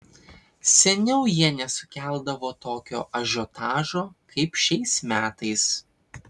seniau jie nesukeldavo tokio ažiotažo kaip šiais metais